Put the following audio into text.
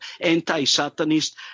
anti-satanist